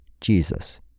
Jesus